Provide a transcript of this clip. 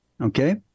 okay